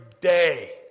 day